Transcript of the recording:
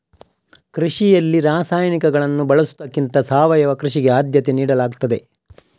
ಕೃಷಿಯಲ್ಲಿ ರಾಸಾಯನಿಕಗಳನ್ನು ಬಳಸುವುದಕ್ಕಿಂತ ಸಾವಯವ ಕೃಷಿಗೆ ಆದ್ಯತೆ ನೀಡಲಾಗ್ತದೆ